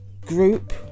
group